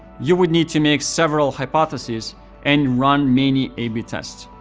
you would need to make several hypotheses and run many a b tests.